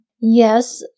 Yes